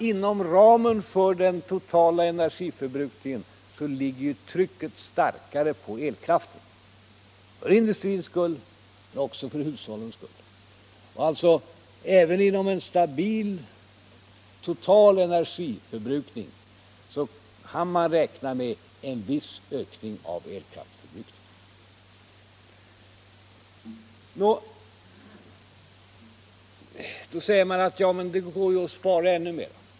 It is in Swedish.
Inom ramen för den totala energiförbrukningen ligger trycket starkare på elkraften, för industrins skull men också för hushållens skull. Även inom en stabil total energiförbrukning kan det beräknas ske en viss ökning av elkraftsförbrukningen. Då säger centern att det går att spara ännu mer.